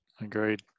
agreed